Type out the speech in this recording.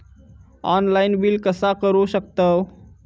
Online bill कसा करु शकतव?